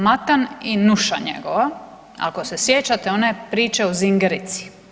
Matan i Nuša njegova, ako se sjećate, one priče o singerici.